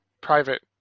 private